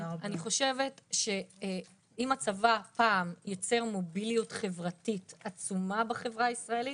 אני חושבת שאם הצבא פעם ייצר מוביליות חברתית עצומה בחברה הישראלית,